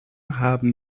haben